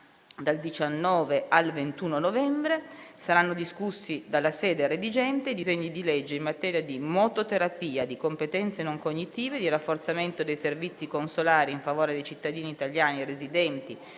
dal 19 al 21 novembre saranno discussi, dalla sede redigente, i disegni di legge in materia di mototerapia, di competenze non cognitive, di rafforzamento dei servizi consolari in favore dei cittadini italiani residenti